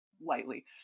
lightly